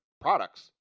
products